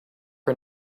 her